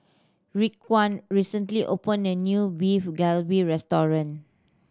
Raekwon recently opened a new Beef Galbi Restaurant